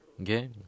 Okay